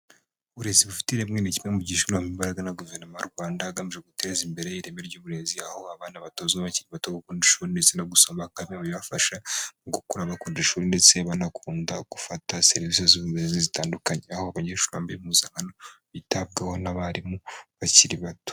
Uburezi bufite ireme, ni kimwe mu gishyirwamo imbaraga na guverinoma y'u Rwanda, hagamijwe guteza imbere ireme ry'uburezi, aho abana batozwa bakiri bato gukunda ishuri ndetse no gusoma, akaba ari bimwe mu bibafasha mu gukura bakunda ishuri, ndetse banakunda gufata serivisi z'uburezi zitandukanye, aho abanyeshuri bambaye impuzankano, bitabwaho n'abarimu bakiri bato.